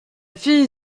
fille